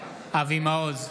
אבי מעוז,